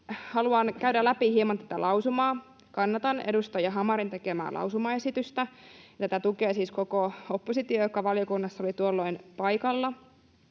haluan käydä läpi hieman tätä lausumaa. Kannatan edustaja Hamarin tekemää lausumaesitystä. Tätä tukee siis koko oppositio, joka valiokunnassa oli tuolloin paikalla.